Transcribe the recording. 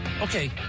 Okay